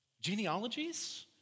genealogies